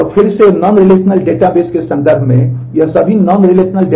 अब फिर से नॉन रिलेशनल